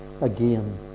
again